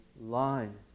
line